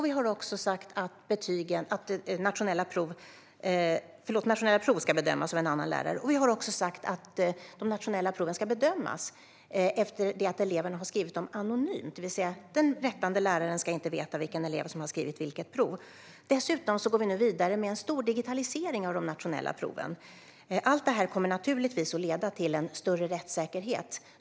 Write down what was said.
Vi har också sagt att de nationella proven ska bedömas efter det att eleverna har skrivit dem anonymt, det vill säga den rättande läraren ska inte veta vilka elever som har skrivit proven. Dessutom går vi nu vidare med en stor digitalisering av de nationella proven. Allt detta kommer att leda till större rättssäkerhet.